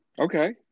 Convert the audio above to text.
Okay